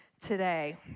today